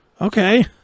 Okay